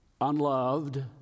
unloved